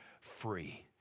free